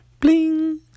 Bling